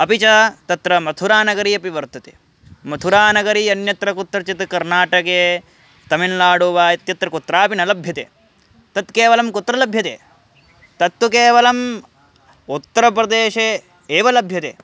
अपि च तत्र मथुरानगरी अपि वर्तते मथुरानगरी अन्यत्र कुत्रचित् कर्नाटके तमिल्नाडु वा इत्यत्र कुत्रापि न लभ्यते तत् केवलं कुत्र लभ्यते तत्तु केवलम् उत्तरप्रदेशे एव लभ्यते